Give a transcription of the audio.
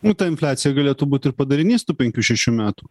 nu ta infliacija galėtų būt ir padarinys tų penkių šešių metų